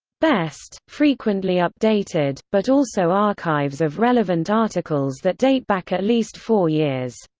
best frequently updated, but also archives of relevant articles that date back at least four years.